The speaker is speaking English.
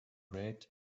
red